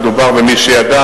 מדובר במי שידע